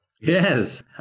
Yes